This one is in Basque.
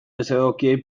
desegokiei